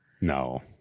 no